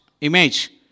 image